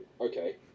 okay